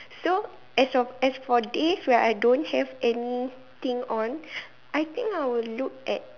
so as of as for days where I don't have anything on I think I will look at